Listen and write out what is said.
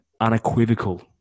unequivocal